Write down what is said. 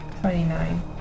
twenty-nine